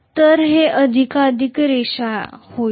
तर हे अधिकाधिक रेखीय होईल